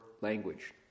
language